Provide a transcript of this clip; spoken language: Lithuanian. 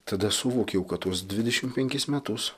tada suvokiau kad tuos dvidešim penkis metus